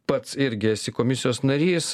pats irgi esi komisijos narys